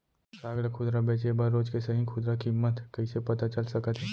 साग ला खुदरा बेचे बर रोज के सही खुदरा किम्मत कइसे पता चल सकत हे?